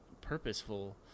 purposeful